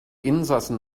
insassen